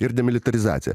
ir demilitarizacija